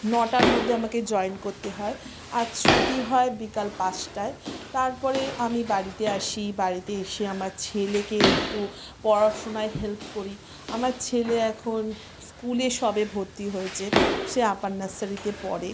নটার মধ্যে আমাকে জয়েন করতে হয় আর ছুটি হয় বিকাল পাঁচটায় তারপরে আমি বাড়িতে আসি বাড়িতে এসে আমার ছেলেকে একটু পড়াশোনায় হেল্প করি আমার ছেলে এখন স্কুলে সবে ভর্তি হয়েছে সে আপার নার্সারিতে পড়ে